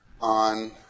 on